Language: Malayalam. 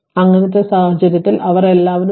അങ്ങനെ സാഹചര്യത്തിൽഅവർ എല്ലാവരും സമാന്തരമായി ഉണ്ട്